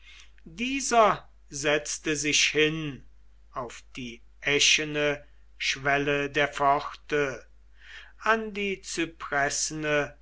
dieser setzte sich hin auf die eschene schwelle der pforte an die